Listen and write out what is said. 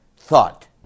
thought